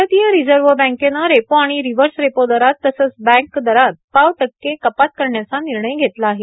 भारतीय रिझर्व्ह बँकेनं रेपो आणि रिवर्स रेपो दरात तसंच बँक दरात पाव टक्के कपात करायचा निर्णय घेतला आहे